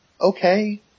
okay